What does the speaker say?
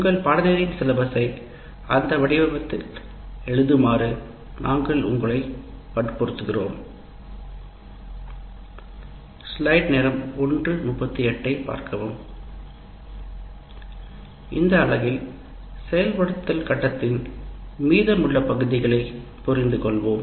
உங்கள் பாடத்திட்டத்தின் பாடத்திட்டத்தை அந்த வடிவத்தில் எழுதுமாறு நாங்கள் உங்களை வற்புறுத்துகிறோம் இந்த பகுதியில் அமலாக்க கட்டத்தில் மீதம் உள்ள பகுதிகளை புரிந்து கொள்வோம்